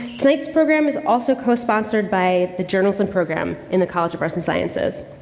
tonight's program is also cosponsored by the journalism program in the college of arts and sciences.